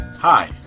Hi